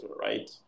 right